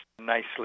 nicely